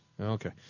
Okay